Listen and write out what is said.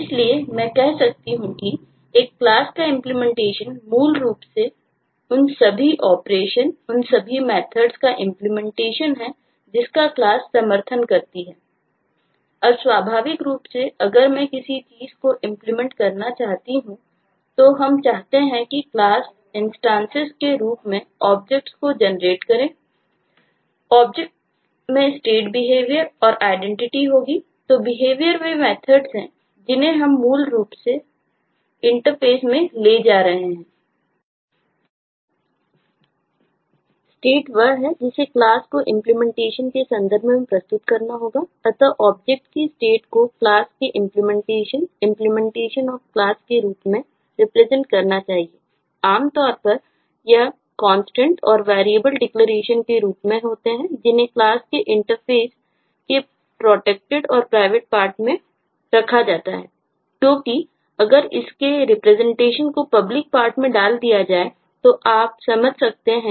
इसलिए मैं कह सकता हूं कि एक क्लास में ले जा रहे हैं